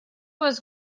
was